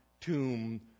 tomb